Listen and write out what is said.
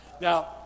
Now